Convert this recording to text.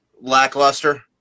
lackluster